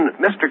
Mr